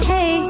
Hey